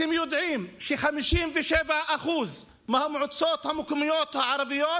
אתם יודעים של-57% מהמועצות המקומיות הערביות